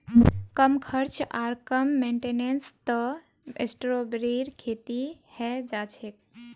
कम खर्च आर कम मेंटेनेंसत स्ट्रॉबेरीर खेती हैं जाछेक